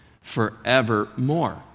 forevermore